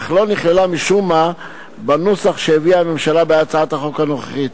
אך לא נכללה משום מה בנוסח שהביאה הממשלה בהצעת החוק הנוכחית.